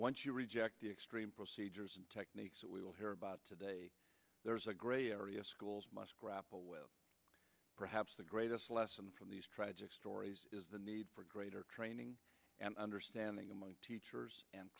once you reject the extreme procedures and techniques that we will hear about today there's a gray area schools must grapple with perhaps the greatest lesson from these tragic stories is the need greater training and understanding among teachers and